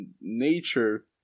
nature